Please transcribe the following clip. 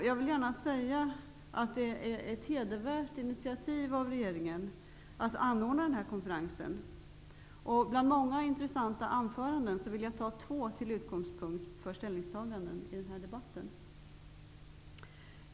Jag vill gärna säga att det är ett hedervärt initiativ från regeringen att anordna den här konferensen. Bland många intressanta anföranden vill jag ta två till utgångspunkt för ställningstagandena i denna debatt.